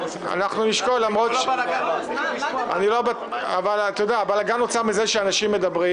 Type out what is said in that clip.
למרות שהבלגן נוצר מזה שאנשים מדברים.